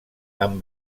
amb